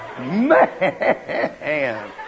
Man